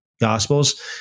gospels